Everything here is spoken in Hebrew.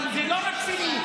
אבל זה לא רק שלי.